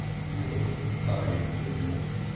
you'll be paying for this,